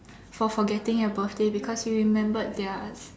for forgetting your birthday because you remembered theirs